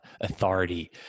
authority